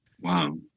Wow